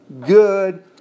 good